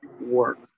work